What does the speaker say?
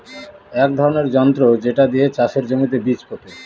এক ধরনের যন্ত্র যেটা দিয়ে চাষের জমিতে বীজ পোতে